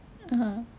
(uh huh)